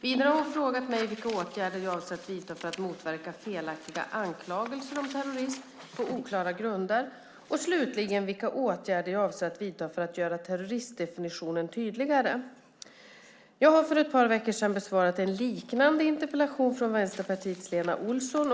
Vidare har hon frågat mig vilka åtgärder jag avser att vidta för att motverka felaktiga anklagelser om terrorism på oklara grunder, och slutligen vilka åtgärder jag avser att vidta för att göra terrorismdefinitionen tydligare. Jag har för ett par veckor sedan besvarat en liknande interpellation från Vänsterpartiets Lena Olsson.